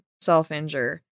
self-injure